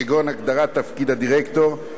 כגון: הגדרת תפקיד הדירקטור,